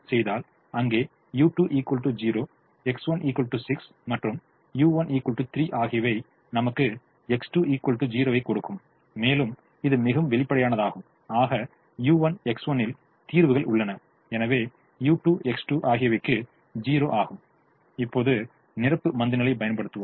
X1 6 மற்றும் u1 3 ஆகியவை நமக்கு X2 0 ஐக் கொடுக்கும் மேலும் இது மிகவும் வெளிப்படையானதாகும் ஆக u1 X1 இல் தீர்வுகல் உள்ளன எனவே u2 X2 ஆகியவைக்கு 0 ஆகும் இப்போது நிரப்பு மந்தநிலையைப் பயன்படுத்துவோம்